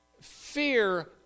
Fear